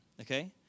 Okay